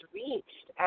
reached